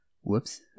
Whoops